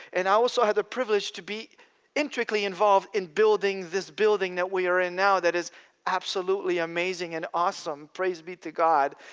and i also had the privilege to be intricately involved in building this building that we are in now, that is absolutely amazing and awesome, praise be to god!